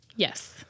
Yes